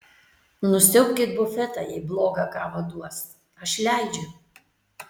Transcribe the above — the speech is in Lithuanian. nusiaubkit bufetą jei blogą kavą duos aš leidžiu